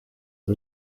the